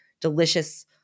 delicious